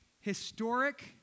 historic